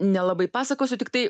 nelabai pasakosiu tiktai